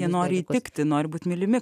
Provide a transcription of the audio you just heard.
jie nori įtikti nori būt mylimi